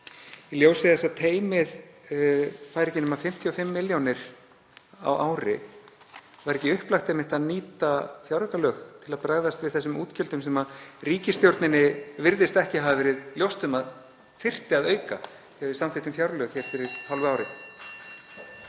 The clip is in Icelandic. Í ljósi þess að teymið fær ekki nema 55 milljónir á ári, væri ekki upplagt einmitt að nýta fjáraukalög til að bregðast við þessum útgjöldum sem ríkisstjórninni virðist ekki hafa verið ljóst að þyrfti að auka þegar við samþykktum fjárlög hér fyrir hálfu ári?